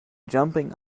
jumping